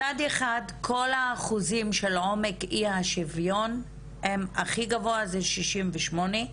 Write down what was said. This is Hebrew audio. מצד אחז כל האחוזים של עומק אי השוויון הם הכי גבוה זהה 68 אחוזים?